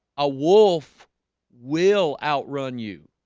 a wolf will outrun you